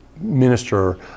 minister